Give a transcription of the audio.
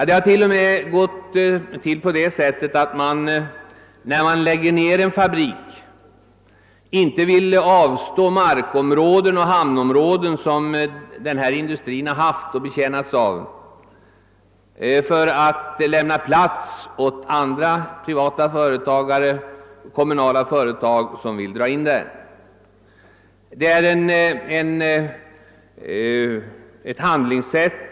Det har t.o.m. hänt att ett företag som lägger ned en fabrik inte vill avstå markområden och hamnanläggningar, som industrin har betjänat sig av, för att lämna plats åt privata eller kommunala företag som önskar träda till.